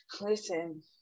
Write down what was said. listen